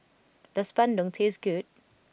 does Bandung taste good